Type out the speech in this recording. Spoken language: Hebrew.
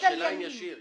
אני שואל אם יש ישיר.